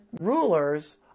rulers